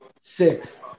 six